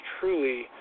truly